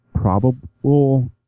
probable